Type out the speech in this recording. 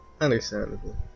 Understandable